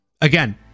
again